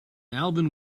alvin